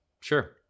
Sure